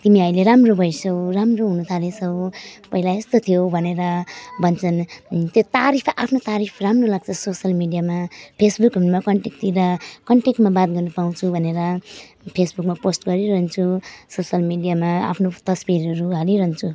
तिमी अहिले राम्रो भएछौ राम्रो हुनु थालेछौ पहिला यस्तो थियौ भनेर भन्छन् त्यो तारिफ आफ्नो तारिफ राम्रो लाग्छ सोसल मिडियामा फेसबुकहरूमा कन्टेकतिर कन्टेकतिर कन्टेकमा बात गर्नु पाउँछु भनेर फेसबुकमा पोस्ट गरिरहन्छु सोसल मिडियामा आफ्नो तस्विरहरू हालिरहन्छु